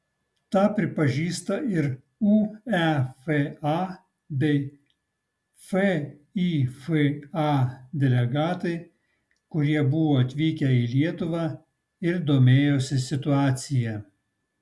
tą pripažįsta ir uefa bei fifa delegatai kurie buvo atvykę į lietuvą ir domėjosi situacija